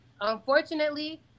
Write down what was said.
Unfortunately